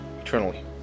eternally